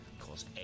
cause